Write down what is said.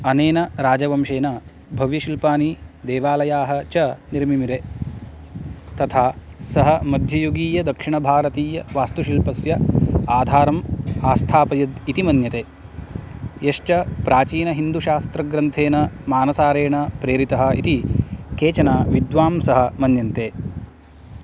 अनेन राजवंशेन भव्यशिल्पानि देवालयाः च निर्मिमिरे तथा सः मध्ययुगीयदक्षिणभारतीयवास्तुशिल्पस्य आधारम् आस्थापयद् इति मन्यते यश्च प्राचीनहिन्दुशास्त्रग्रन्थेन मानसारेण प्रेरितः इति केचन विद्वांसः मन्यन्ते